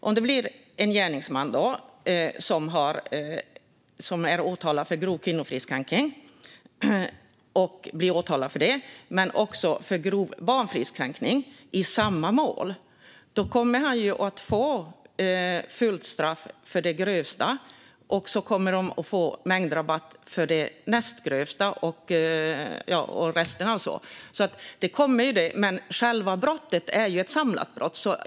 Om en gärningsman är åtalad för grov kvinnofridskränkning och grov barnfridskränkning i samma mål kommer han att få fullt straff för det grövsta brottet, mängdrabatt för det näst grövsta och så vidare. Men själva brottet är ju ett samlat brott.